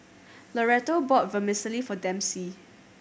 Loretto bought Vermicelli for Dempsey